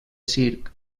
circ